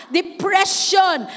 depression